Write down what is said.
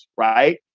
right.